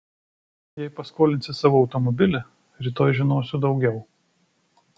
jei paskolinsi savo automobilį rytoj žinosiu daugiau